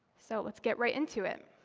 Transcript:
so let's get right into it.